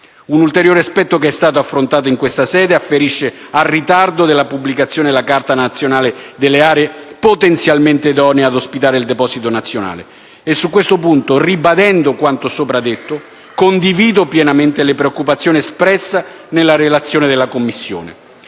Un ulteriore aspetto che è stato affrontato in questa sede afferisce al ritardo della pubblicazione della Carta nazionale delle aree potenzialmente idonee ad ospitare il deposito nazionale, e su questo punto, ribadendo quanto sopra detto, condivido pienamente la preoccupazione espressa nella relazione della Commissione,